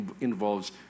involves